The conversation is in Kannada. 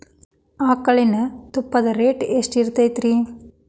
ಆಕಳಿನ ತುಪ್ಪದ ರೇಟ್ ಎಷ್ಟು ಇರತೇತಿ ರಿ?